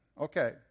Okay